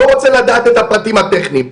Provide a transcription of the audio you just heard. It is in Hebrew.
לא רוצה לדעת את הפרטים הטכניים,